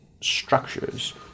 structures